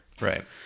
right